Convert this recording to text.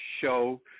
show